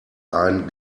ein